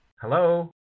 Hello